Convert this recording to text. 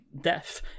death